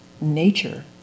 nature